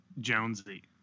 Jonesy